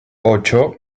ocho